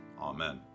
Amen